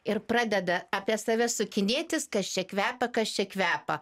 ir pradeda apie save sukinėtis kas čia kvepia kas čia kvepia